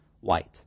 white